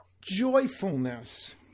joyfulness